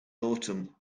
autumn